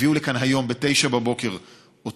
הם הביאו לכאן היום ב-09:00 בבוקר את